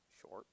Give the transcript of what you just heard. short